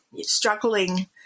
struggling